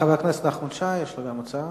חבר הכנסת נחמן שי, יש לו גם הצעה.